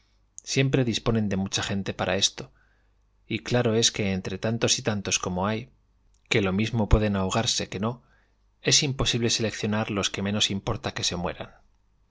siempre disponen de mucha gente para esto y claro es que entre tantos y tantos como hay que lo mismo pueifl den ahogarse que no es imposible seleccionar los que menos importa que se mueran